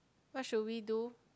what should we do